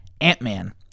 Ant-Man